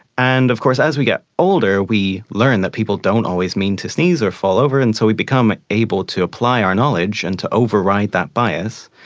and of course as we get older we learn that people don't always mean to sneeze or fall over and so we become ah able to apply our knowledge and to override that bias.